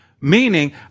Meaning